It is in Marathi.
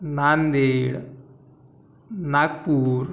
नांदेड नागपूर